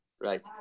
Right